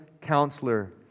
counselor